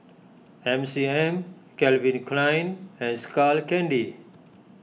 M C M Calvin Klein and Skull Candy